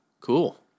Cool